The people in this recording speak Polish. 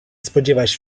spodziewać